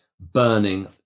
burning